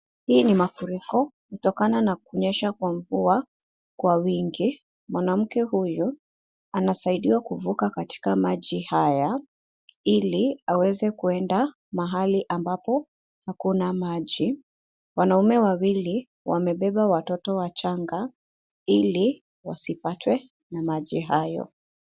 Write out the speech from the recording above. Hii ni mafuriko kutokana na kunyesha kwa mvua kwa wingi. Mwanamke huyu anasaidiwa kuvuka katika maji haya, ili aweze kwenda mahali ambapo hakuna maji. Wanaume wawili wamebeba watoto wachanga, ili wasipatwe na maji hayo.